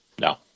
No